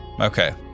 Okay